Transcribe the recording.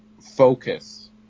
focus